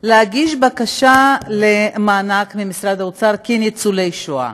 להגיש בקשה למענק ממשרד האוצר כניצולי השואה.